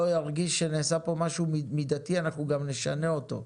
ארגיש שנעשה פה משהו מידתי אנחנו גם נשנה אותו.